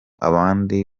abandi